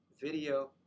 video